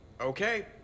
Okay